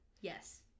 yes